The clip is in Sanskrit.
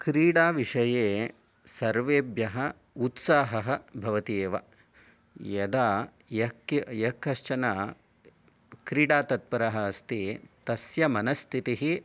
क्रीडाविषये सर्वेभ्यः उत्साहः भवति एव यदा यः क् यः कश्चन क्रीडातत्परः अस्ति तस्य मनस्थितिः